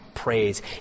praise